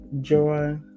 joy